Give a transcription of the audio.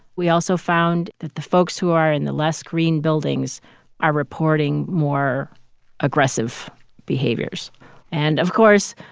we also found that the folks who are in the less green buildings are reporting more aggressive behaviors and, of course,